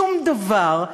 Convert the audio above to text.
שום דבר,